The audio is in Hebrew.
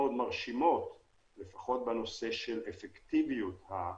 מרשימות מאוד, לפחות בנושא האפקטיביות של החיסון,